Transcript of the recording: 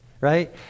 Right